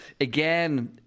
again